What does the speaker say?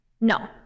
No